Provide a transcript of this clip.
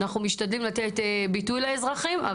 אנחנו משתדלים לתת ביטוי לאזרחים,